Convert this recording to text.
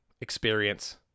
experience